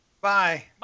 bye